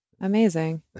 amazing